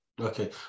Okay